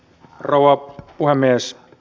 rouva puhemies